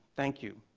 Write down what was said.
thank you,